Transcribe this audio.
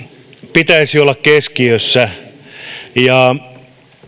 pitäisi olla keskiössä ja